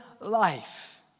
life